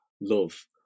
love